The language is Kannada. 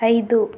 ಐದು